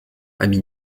ami